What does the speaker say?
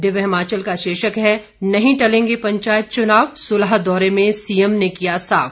दिव्य हिमाचल का शीर्षक है नहीं टलेंगे पंचायत चुनाव सुलह दौरे में सीएम ने किया साफ